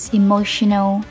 emotional